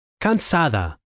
cansada